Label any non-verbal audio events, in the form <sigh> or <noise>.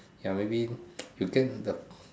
ya maybe <noise> you get the